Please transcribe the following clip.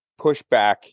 pushback